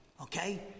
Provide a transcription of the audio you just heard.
okay